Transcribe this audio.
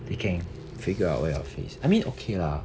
they can figure out where our face I mean okay lah